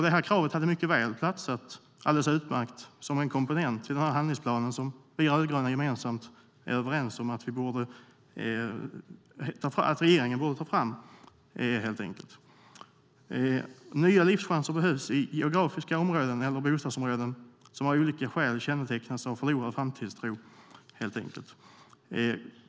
Detta krav hade mycket väl platsat alldeles utmärkt som en komponent i den handlingsplan vi rödgröna gemensamt är överens om att regeringen borde ta fram. Nya livschanser behövs i geografiska områden eller bostadsområden som av olika skäl kännetecknas av förlorad framtidstro.